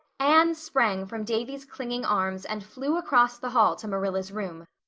anne sprang from davy's clinging arms and flew across the hall to marilla's room.